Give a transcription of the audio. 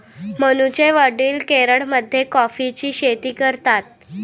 मनूचे वडील केरळमध्ये कॉफीची शेती करतात